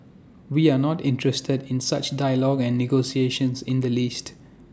we are not interested in such dialogue and negotiations in the least